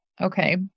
Okay